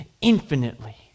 infinitely